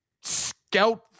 scout